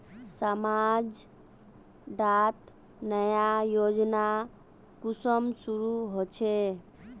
समाज डात नया योजना कुंसम शुरू होछै?